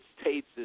States